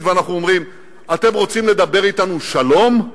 ואנחנו אומרים: אתם רוצים לדבר אתנו שלום?